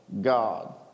God